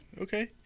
okay